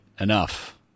Enough